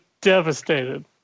devastated